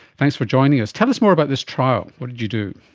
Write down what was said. thanks for joining us. tell us more about this trial, what did you do?